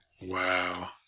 Wow